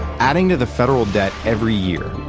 adding to the federal debt every year.